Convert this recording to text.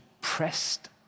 pressed